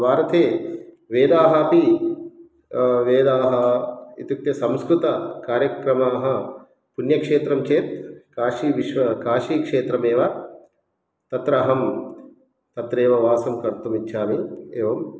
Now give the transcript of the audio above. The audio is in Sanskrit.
भारते वेदाः अपि वेदाः इत्युक्ते संस्कृतकार्यक्रमाः पुण्यक्षेत्रं चेत् काशीविश्व काशीक्षेत्रमेव तत्र अहं तत्रैव वासं कर्तुम् इच्छामि एवं